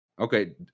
okay